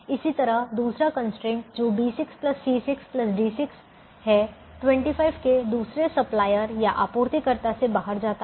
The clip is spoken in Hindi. इसी तरह दूसरा कंस्ट्रेंट जो B6 C6 D6 है 25 के दूसरे सप्लायर आपूर्तिकर्ता से बाहर जाता है